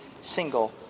single